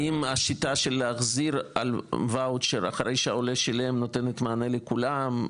האם השיטה של להחזיר וואוצ'ר אחרי שהעולה שילם נותנת מענה לכולם?